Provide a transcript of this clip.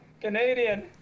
Canadian